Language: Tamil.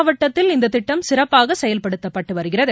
மாவட்டத்தில் இந்ததிட்டம் சிறப்பாகசெயல்படுத்தப்பட்டுவருகிறது